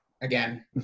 again